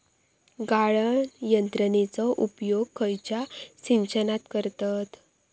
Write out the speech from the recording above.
गाळण यंत्रनेचो उपयोग खयच्या सिंचनात करतत?